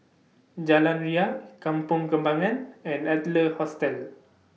Jalan Ria Kampong Kembangan and Adler Hostel